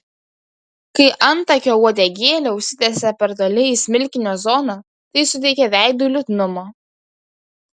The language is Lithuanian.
kai antakio uodegėlė užsitęsia per toli į smilkinio zoną tai suteikia veidui liūdnumo